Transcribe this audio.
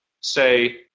say